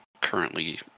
currently